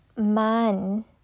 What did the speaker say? man